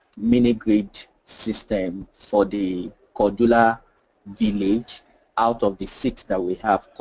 mini-grid system for the kurdula village out of the six that we have.